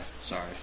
Sorry